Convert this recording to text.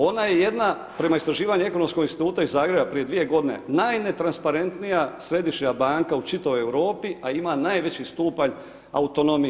Ona je jedna, prema istraživanju Ekonomskog instituta iz Zagreba, prije 2 godine, najnetransparentnija središnja banka u čitavoj Europi, a ima najveći stupanj autonomije.